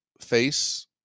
face